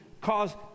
cause